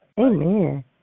Amen